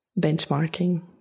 benchmarking